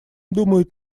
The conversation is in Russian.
думают